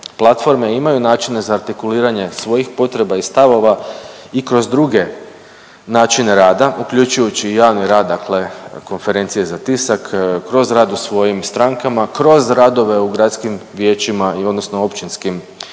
platforme, imaju načine za artikuliranje svojih potreba i stavova i kroz druge načine rada uključujući i javni rad, dakle konferencije za tisak, kroz rad u svojim strankama, kroz radove u gradskim vijećima, odnosno općinskim vijećima